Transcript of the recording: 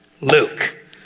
Luke